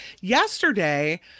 yesterday